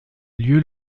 lieu